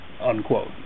unquote